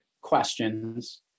questions